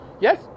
Yes